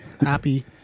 Happy